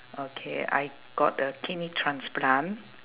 okay I got a kidney transplant